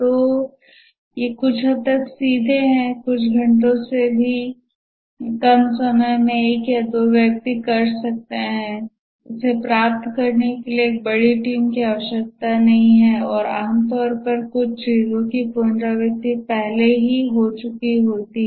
तो ये कुछ हद तक सीधे हैं कुछ घंटों से भी कम समय में एक या दो व्यक्ति कर सकते हैं इसे प्राप्त करने के लिए एक बड़ी टीम की आवश्यकता नहीं है और आमतौर पर कुछ चीज़ की पुनरावृत्ति पहले ही हो चुकी होती है